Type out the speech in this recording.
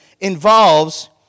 involves